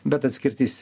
bet atskirtis